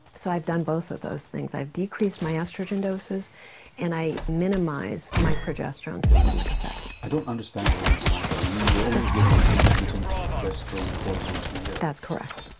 so i've done both of those things, i've decreased my oestrogen doses and i minimise my progesterone systemic effect. i don't understand the long cycle. you mean you're only giving intermittent progesterone four times a year? that's correct.